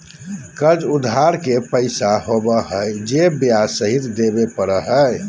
कर्ज उधार के पैसा होबो हइ जे ब्याज सहित देबे पड़ो हइ